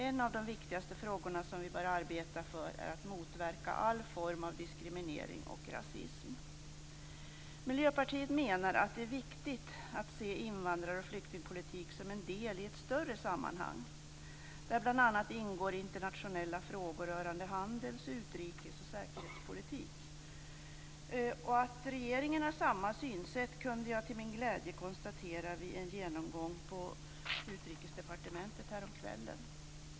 En av de viktigaste frågorna som vi bör arbeta för är att motverka all form av diskriminering och rasism. Miljöpartiet menar att det är viktigt att se invandrar och flyktingpolitik som en del i ett större sammanhang, där bl.a. ingår internationella frågor rörande handels-, utrikes och säkerhetspolitik. Att regeringen har samma synsätt kunde jag till min glädje konstatera vid en genomgång på Utrikesdepartementet häromkvällen.